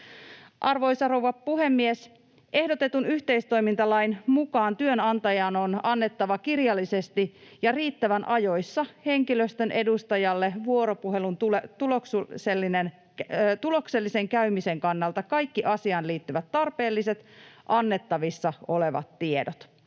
Arvoisa rouva puhemies! Ehdotetun yhteistoimintalain mukaan työnantajan on annettava kirjallisesti ja riittävän ajoissa henkilöstön edustajalle vuoropuhelun tuloksellisen käymisen kannalta kaikki asiaan liittyvät tarpeelliset, annettavissa olevat tiedot.